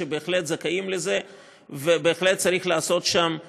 שבהחלט זכאים לזה ובהחלט צריך לעשות שם הרבה.